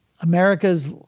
America's